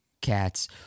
Cats